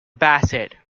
bassett